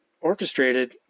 orchestrated